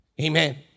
Amen